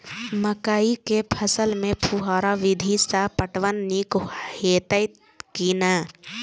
मकई के फसल में फुहारा विधि स पटवन नीक हेतै की नै?